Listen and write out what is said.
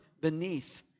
beneath